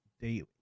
daily